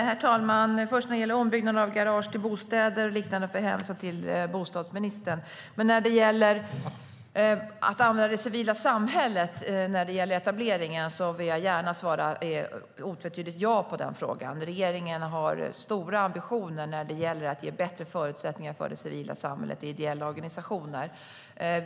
Herr talman! När det gäller ombyggnad av garage till bostäder och liknande får jag hänvisa till bostadsministern. Men när det gäller frågan om att använda det civila samhället i etableringen vill jag gärna svara ett otvetydigt ja på den frågan. Regeringen har stora ambitioner när det gäller att ge bättre förutsättningar för det civila samhället och ideella organisationer.